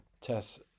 Tess